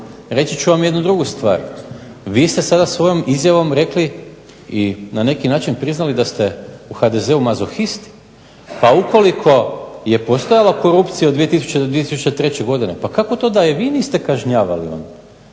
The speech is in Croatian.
reći ću vam jednu drugu stvar. Vi ste sada svojom izjavom rekli i na neki način priznali da ste u HDZ-u mazohisti, pa ukoliko je postojalo korupcije u 2000. do 2003. godine pa kako to da je vi niste kažnjavali onda